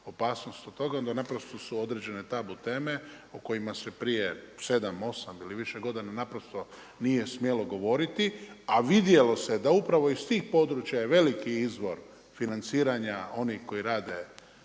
opasnost od toga onda naprosto su određene tabu teme o kojima se prije sedam, osam ili više godina naprosto nije smjelo govoriti, a vidjelo se da upravo iz tih područja je veliki izvor financiranja onih koji rade